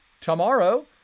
tomorrow